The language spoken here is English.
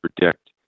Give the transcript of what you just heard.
predict